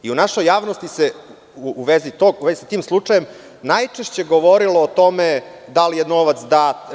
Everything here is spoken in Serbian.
U našoj javnosti se u vezi sa tim slučajem najčešće govorilo o tome da li je novac dat.